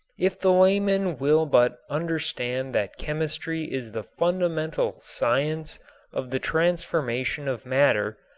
if the layman will but understand that chemistry is the fundamental science of the transformation of matter,